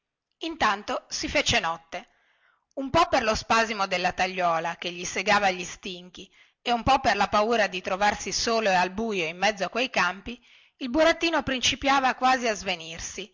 intanto si fece notte un po per lo spasimo della tagliuola che gli segava gli stinchi e un po per la paura di trovarsi solo e al buio in mezzo a quei campi il burattino principiava quasi a svenirsi